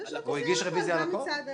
אז יש רביזיה על הכול גם מצד האופוזיציה.